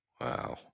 Wow